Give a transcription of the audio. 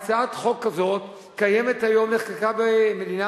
הצעת חוק כזאת קיימת היום בחקיקה במדינה